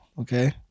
Okay